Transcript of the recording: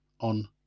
on